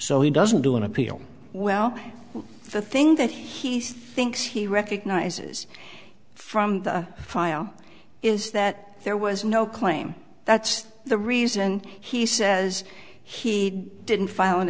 so he doesn't do an appeal well the thing that he thinks he recognizes from the file is that there was no claim that's the reason he says he didn't file an